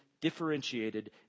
differentiated